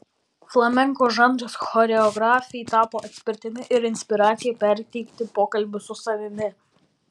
flamenko žanras choreografei tapo atspirtimi ir inspiracija perteikti pokalbius su savimi